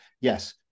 Yes